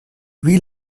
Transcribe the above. wie